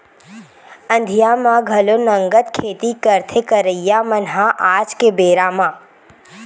अंधिया म घलो नंगत खेती करथे करइया मन ह आज के बेरा म